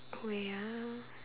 wait ah